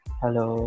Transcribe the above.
hello